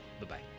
Bye-bye